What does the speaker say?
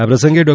આ પ્રસંગે ડૉ